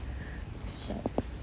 shags